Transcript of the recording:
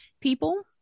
people